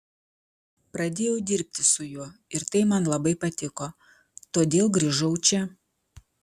pradėjau dirbi su juo ir tai man labai patiko todėl grįžau čia